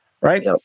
right